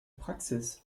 praxis